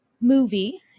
movie